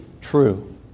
true